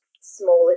smaller